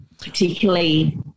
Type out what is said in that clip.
particularly